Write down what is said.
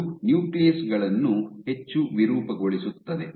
ಇದು ನ್ಯೂಕ್ಲಿಯಸ್ ಗಳನ್ನು ಹೆಚ್ಚು ವಿರೂಪಗೊಳಿಸುತ್ತದೆ